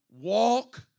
Walk